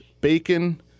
bacon